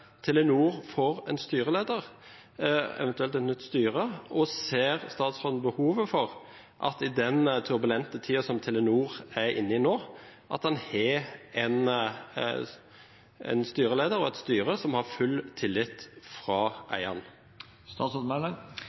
Telenor får en styreleder – eventuelt et nytt styre? Og ser statsråden behovet for – i den turbulente tiden som Telenor er inne i nå – at man har en styreleder og et styre som har full tillit fra